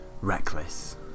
reckless